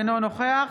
אינו נוכח